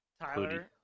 Tyler